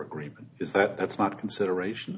agreement is that that's not a consideration